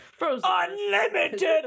Unlimited